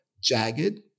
jagged